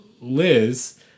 Liz